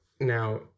now